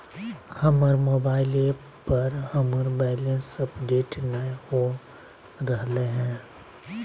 हमर mobile app पर हमर बैलेंस अपडेट नय हो रहलय हें